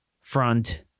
front